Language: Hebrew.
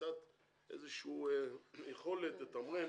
איזושהי יכולת לתמרן